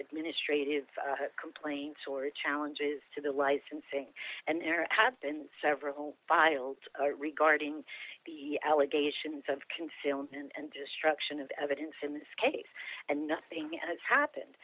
administrative complaints or challenges to the licensing and there have been several filed regarding the allegations of concealment and destruction of evidence in this case and nothing has happened